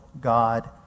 God